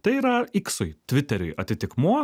tai yra iksui tviteriui atitikmuo